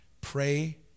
Pray